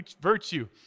virtue